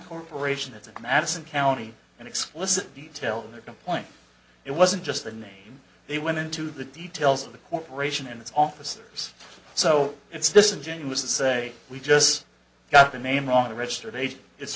corporation it's a madison county an explicit detail in their complaint it wasn't just the name they went into the details of the corporation and its officers so it's disingenuous to say we just got the name wrong the registered agent it's